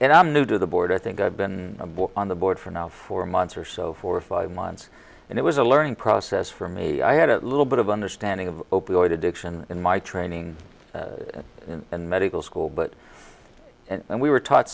and i'm new to the board i think i've been a book on the board for now four months or so for five months and it was a learning process for me i had a little bit of understanding of opioid addiction in my training in medical school but and we were taught